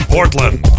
Portland